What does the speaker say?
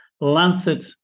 Lancet